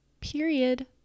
period